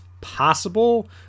possible